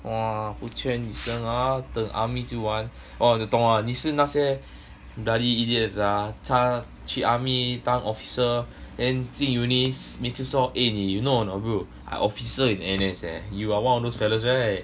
!wah! 不缺女生 ah 等 army 出来 !wah! 我懂了你是那些 bloody idiots ah 他去 army 当 officer then 进 uni 一直说 you know or not bro I officer in N_S leh you are one of those fellas right